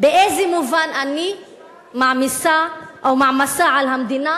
באיזה מובן אני מעמיסה או מעמסה על המדינה,